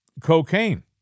cocaine